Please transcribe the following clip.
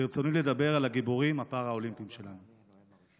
ברצוני לדבר על הגיבורים הפראלימפיים שלנו.